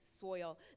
soil